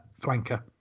Flanker